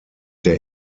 der